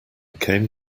came